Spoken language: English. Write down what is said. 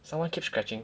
someone keep scratching